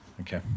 Okay